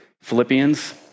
Philippians